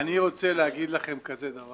אני רוצה להגיד לכם כזה דבר.